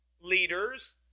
leaders